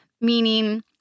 Meaning